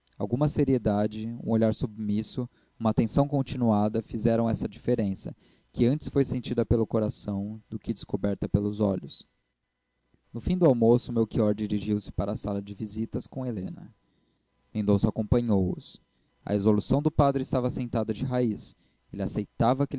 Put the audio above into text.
alguma seriedade um olhar submisso uma atenção continuada fizeram essa diferença que antes foi sentida pelo coração do que descoberta pelos olhos no fim do almoço melchior dirigiu-se para a sala de visitas com helena mendonça acompanhou-os a resolução do padre estava assentada de raiz ele aceitava